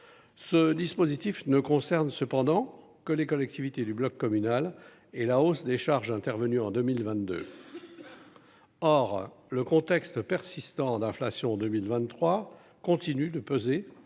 ce dispositif ne concerne cependant que les collectivités du bloc communal et la hausse des charges, intervenue en 2022, or le contexte persistants d'inflation en 2023 continue de peser